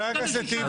אתה תקבל שישה.